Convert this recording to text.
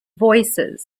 voicesand